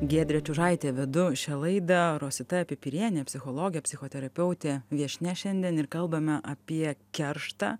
giedrė čiužaitė vedu šią laidą rosita pipirienė psichologė psichoterapeutė viešnia šiandien ir kalbame apie kerštą